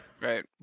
Right